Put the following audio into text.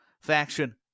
faction